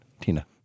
Tina